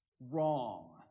wrong